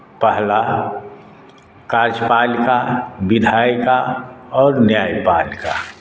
पहला कार्यपालिका विधायिका आओर न्यायपालिका